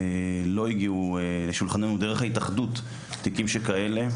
לא הגיעו לשולחננו דרך ההתאחדות תיקים שכאלה,